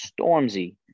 Stormzy